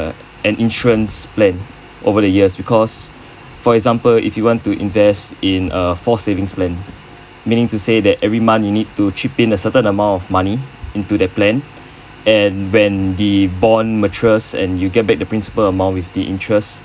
an interest plan over the years because for example if you want to invest in uh forced savings plan meaning to say that every month you need to chip in a certain amount of money into that plan and when the bond matures and you get back the principal amount with the interest